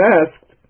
asked